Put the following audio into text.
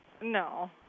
No